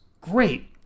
great